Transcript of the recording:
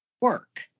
work